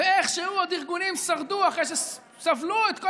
איכשהו ארגונים עוד שרדו אחרי שסבלו את כל